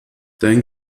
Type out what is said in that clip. dein